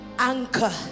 Anchor